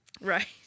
Right